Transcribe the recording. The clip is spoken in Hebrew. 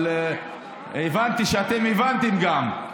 אבל הבנתי שאתם הבנתם גם.